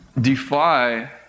defy